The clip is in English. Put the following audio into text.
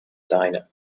diner